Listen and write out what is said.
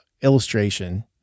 illustration